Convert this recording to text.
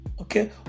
okay